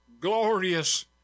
glorious